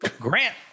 Grant